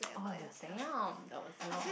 oh damn that was not